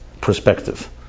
perspective